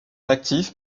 actif